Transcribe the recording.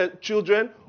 children